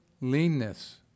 leanness